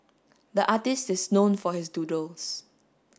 the artist is known for his doodles